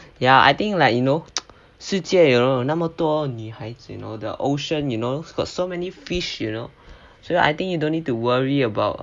ya I think like you know 世界有那么多女孩子 you know the ocean you know got so many fish you know so I think you don't need to worry about